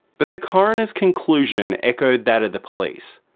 but the coroner's conclusion echoed that of the police.